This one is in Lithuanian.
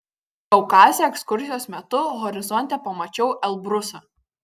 kaukaze ekskursijos metu horizonte pamačiau elbrusą